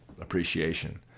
appreciation